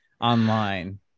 online